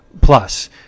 plus